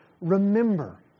remember